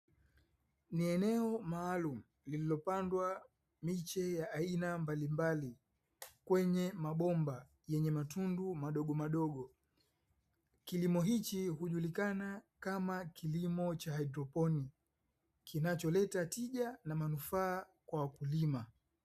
Ni eneo maalumu lililopandwa miche ya aina mbalimbali, kwenye mabomba yenye matundu madogomadogo. Kilimo hichi hujulikana kama kilimo cha haidroponi, kinacholeta tija na manufaa kwa wakulima.